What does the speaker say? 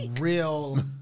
real